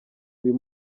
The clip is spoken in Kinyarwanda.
uyu